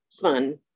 fun